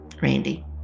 Randy